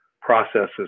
processes